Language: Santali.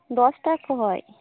ᱫᱚᱥᱴᱟ ᱠᱷᱚᱱ